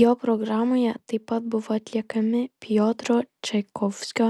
jo programoje taip pat bus atliekami piotro čaikovskio